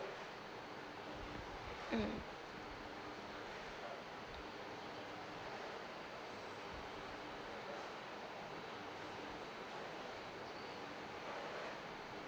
mm